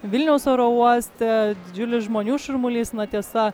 vilniaus oro uoste didžiulis žmonių šurmulys na tiesa